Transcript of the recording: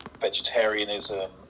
vegetarianism